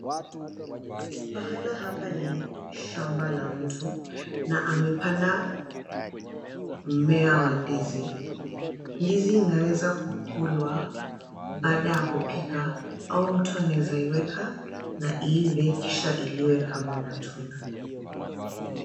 Pahala hapa ni shamba la mtu na amepanda mmea wa ndizi. Ndizi inaweza kukulwa baada ya kupikwa au mtu anaweza iweka na iive kisha iliwe kama matunda.